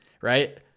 right